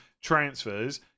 transfers